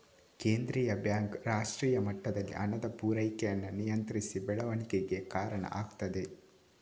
ಕೇಂದ್ರೀಯ ಬ್ಯಾಂಕ್ ರಾಷ್ಟ್ರೀಯ ಮಟ್ಟದಲ್ಲಿ ಹಣದ ಪೂರೈಕೆಯನ್ನ ನಿಯಂತ್ರಿಸಿ ಬೆಳವಣಿಗೆಗೆ ಕಾರಣ ಆಗ್ತದೆ